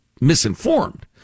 misinformed